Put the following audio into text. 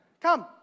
Come